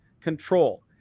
control